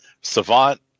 Savant